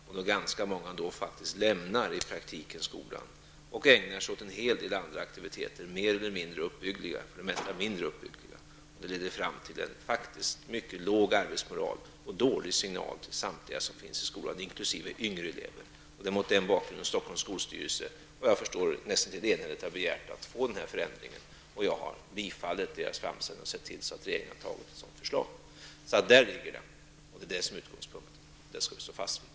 I praktiken lämnar då faktiskt ganska många skolan och ägnar sig åt en hel del andra mer eller mindre uppbyggliga aktiviteter, för det mesta mindre uppbyggliga. Det leder fram till en mycket låg arbetsmoral och är en dålig signal till samtliga i skolan, inkl. yngre elever. Det är mot den bakgrunden som Stockholms skolstyrelse, såvitt jag förstår näst intill enhälligt, har begärt att få denna förändring. Jag har bifallit denna framställning och sett till att regeringen har fattat ett beslut i enlighet härmed. Det är utgångspunkten, och det skall vi stå fast vid.